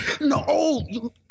No